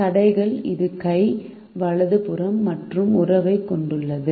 தடைகள் இடது கை வலது புறம் மற்றும் உறவைக் கொண்டுள்ளன